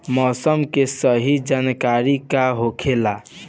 मौसम के सही जानकारी का होखेला?